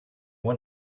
want